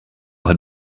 had